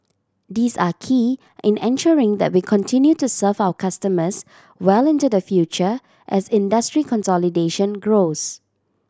these are key in ensuring that we continue to serve our customers well into the future as industry consolidation grows